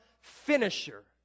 finisher